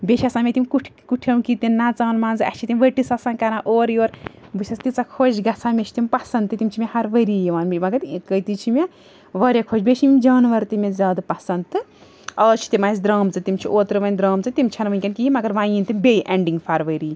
بیٚیہِ چھِ آسان مےٚ تِم کُٹھۍ کٹھیٚو کِنۍ تہِ نژان منٛزٕ اسہِ چھِ تِم ؤٹِس آسان کَران اورٕ یور بہٕ چھیٚس تیٖژاہ خۄش گژھان مےٚ چھِ تِم پسنٛد تہٕ تِم چھِ مےٚ ہر ؤریہِ یِوان مگر کٔتِج چھِ مےٚ واریاہ خۄش بیٚیہِ چھِ یِم جانور تہِ مےٚ زیادٕ پَسنٛد تہٕ آز چھِ تِم اسہِ درٛامژٕ تِم چھِ اوترٕ وۄنۍ درٛامژٕ تِم چھَنہٕ وُنٛکیٚن کِہیٖنۍ مگر وۄنۍ یِن تِم بیٚیہِ ایٚنٛڈِنٛگ فرؤری